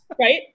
Right